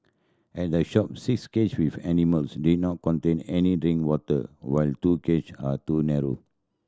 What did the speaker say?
at the shop six cage with animals did not contain any drinking water while two cage are too narrow